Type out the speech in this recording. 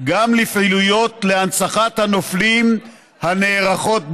גם לפעילויות להנצחת הנופלים הנערכות באתרים.